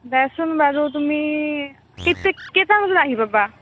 দেচোন বাৰু তুমি কেইটা বজাত আহি পাবা